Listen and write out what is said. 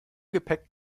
gepäck